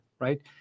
right